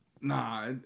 Nah